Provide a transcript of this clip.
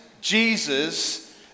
Jesus